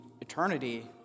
eternity